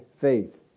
faith